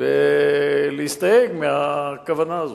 ולהסתייג מהכוונה הזאת.